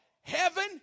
heaven